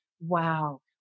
Wow